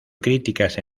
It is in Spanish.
críticas